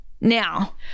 Now